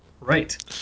Right